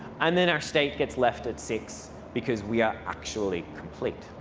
and then our state gets left at six because we are actually complete.